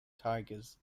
tigers